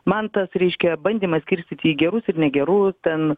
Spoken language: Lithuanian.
man tas reiškia bandymas skirstyti į gerus ir negerus ten